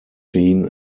seen